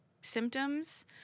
symptoms